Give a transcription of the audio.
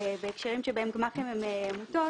בהקשרים בהם גמ"חים הם עמותות,